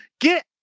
Get